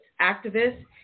activists